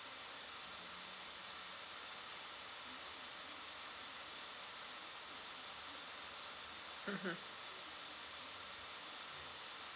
mmhmm